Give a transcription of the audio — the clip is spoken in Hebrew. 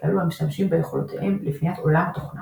- כאלו המשתמשים ביכולותיהם לבניית עולם התוכנה